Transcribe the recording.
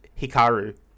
Hikaru